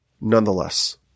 nonetheless